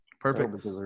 Perfect